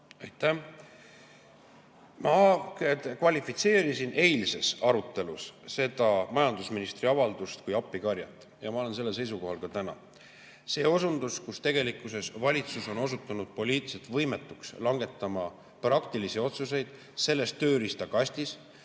Ma kvalifitseerisin eilses arutelus seda majandusministri avaldust kui appikarjet ja ma olen sellel seisukohal ka täna. Tegelikkuses valitsus on osutunud poliitiliselt võimetuks langetama praktilisi otsuseid selles tööriistakastis,